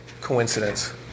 coincidence